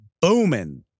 booming